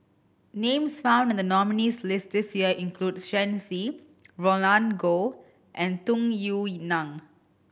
names found in the nominees' list this year include Shen Xi Roland Goh and Tung Yue Nang